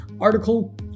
article